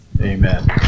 Amen